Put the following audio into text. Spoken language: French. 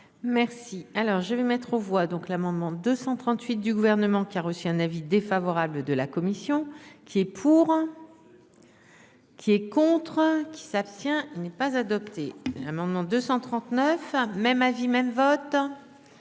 Merci. Alors je vais mettre aux voix donc l'amendement 238 du gouvernement qui a reçu un avis défavorable de la commission qui est pour. Qui est contre un qui s'abstient. Il n'est pas adopté l'amendement 239. Même avis même vote.